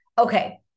Okay